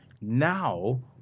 Now